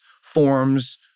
forms